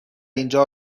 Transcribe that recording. اینجا